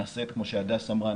כמו שהדס אמרה,